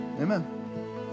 Amen